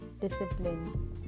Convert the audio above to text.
discipline